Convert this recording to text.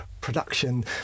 production